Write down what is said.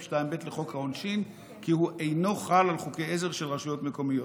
2(ב) לחוק העונשין כי הוא אינו חל על חוקי עזר של רשויות מקומיות.